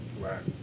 Right